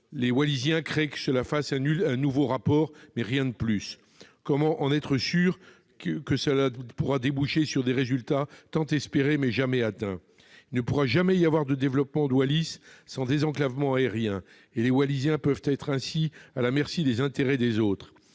Les Wallisiens craignent que cela n'aboutisse qu'un nouveau rapport, et rien de plus ! Comment être assuré que ces travaux pourront déboucher sur des résultats, tant espérés, mais jamais atteints ? Il ne pourra jamais y avoir de développement de Wallis sans désenclavement aérien, et les Wallisiens ne peuvent être ainsi à la merci des intérêts des autres.